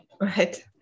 Right